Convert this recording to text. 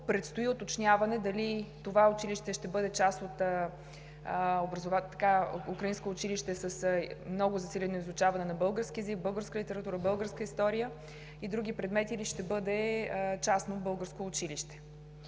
предстои уточняване дали това училище ще бъде част от украинско училище с много засилено изучаване на български език, българска литература, българска история и други предмети, или ще бъде частно българско училище.